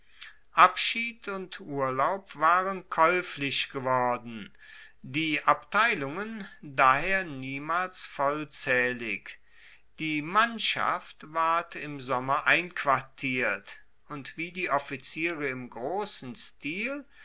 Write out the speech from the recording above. abschied und urlaub waren kaeuflich geworden die abteilungen daher niemals vollzaehlig die mannschaft ward im sommer einquartiert und wie die offiziere im grossen stil